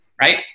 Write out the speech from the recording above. right